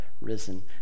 risen